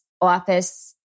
office